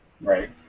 Right